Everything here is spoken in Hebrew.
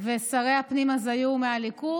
ושרי הפנים אז היו מהליכוד,